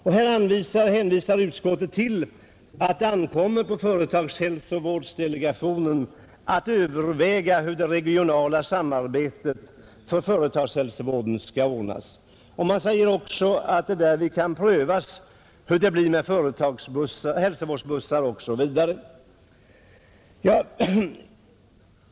Utskottet hänvisar på denna punkt till att det ankommer på företagshälsovårdsdelegationen att överväga hur det regionala samarbetet för företagshälsovården skall ordnas. Vi säger också att det därvid kan prövas huru det skall bli med hälsovårdsbussar osv.